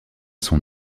son